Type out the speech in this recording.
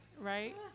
right